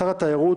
שר התיירות,